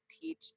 teach